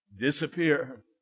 disappear